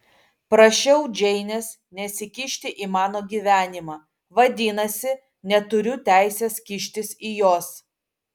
prašiau džeinės nesikišti į mano gyvenimą vadinasi neturiu teisės kištis į jos